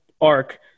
arc